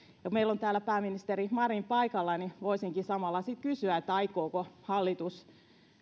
kun meillä on täällä pääministeri marin paikalla niin voisinkin samalla sitten kysyä aikooko hallitus